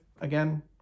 again